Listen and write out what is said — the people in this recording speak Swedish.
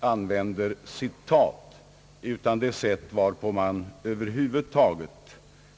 använder citat utan över huvud taget